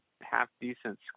half-decent